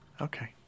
Okay